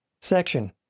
section